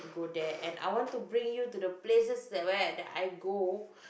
go there and I want to bring you to the places the where that I go